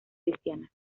cristiana